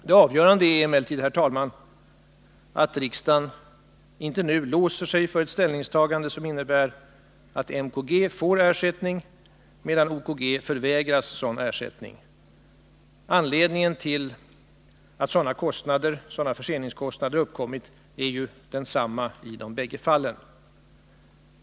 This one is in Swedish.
Det avgörande är emellertid, herr talman, att riksdagen nu inte låser sig för ett ställningstagande, som innebär att MKG får ersättning, medan OKG förvägras sådan ersättning. Anledningen till att sådana förseningskostnader uppkommer är ju densamma i de bägge fallen.